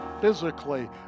physically